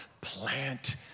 plant